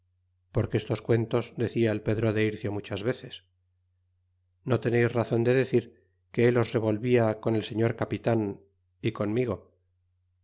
porque estos cuentos decia el pedro de ircio muchas veces no teneis razon de decir que él os revolvia con el señor capitan é conmigo